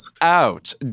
out